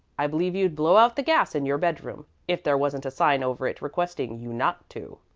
i believe you'd blow out the gas in your bedroom if there wasn't a sign over it requesting you not to.